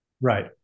Right